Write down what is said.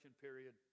period